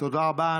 תודה רבה.